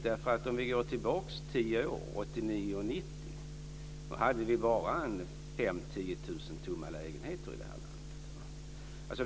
Om vi går tillbaka tio år, till 1989 och 1990, då fanns det bara 5 000-10 000 tomma lägenheter i landet.